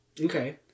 Okay